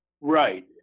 Right